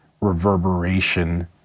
reverberation